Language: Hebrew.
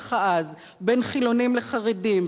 המתח העז בין חילונים לחרדים,